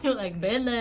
you know like, been